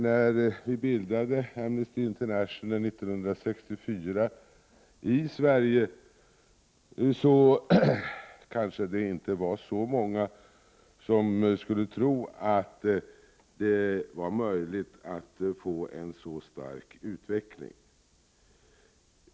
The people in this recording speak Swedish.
När vi 1964 bildade Amnesty International i Sverige kanske det inte var så många som trodde att det var möjligt att organisationen skulle få en så stark utveckling.